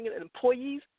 employees